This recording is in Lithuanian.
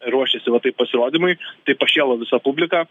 ruošėsi va taip pasirodymui tai pašėlo visa publika